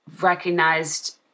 recognized